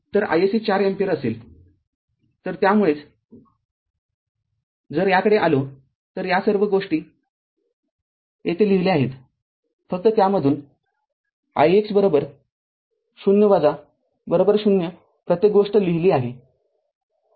तर isc ४ ampere असेलतर त्यामुळेच जर याकडे आलो तर या सर्व गोष्टी येथे लिहिल्या आहेतफक्त त्यामधून जा ix ' ० ' ० प्रत्येक गोष्ट लिहिली आहे